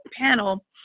panel